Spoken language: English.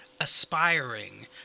aspiring